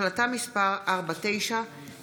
החלטה מס' 4972,